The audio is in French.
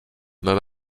même